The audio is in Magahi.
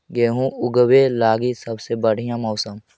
गेहूँ ऊगवे लगी सबसे बढ़िया मौसम?